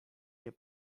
nie